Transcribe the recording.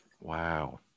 Wow